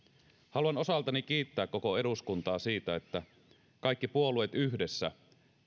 haluan osaltani kiittää koko eduskuntaa siitä että kaikki puolueet yhdessä